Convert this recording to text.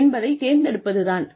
என்பதைத் தேர்ந்தெடுப்பதுதான்